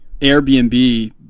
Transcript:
Airbnb